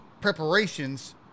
preparations